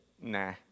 nah